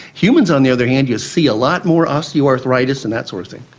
humans, on the other hand, you see a lot more osteoarthritis and that sort of thing.